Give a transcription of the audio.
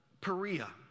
Perea